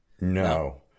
no